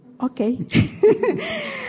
okay